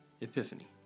Epiphany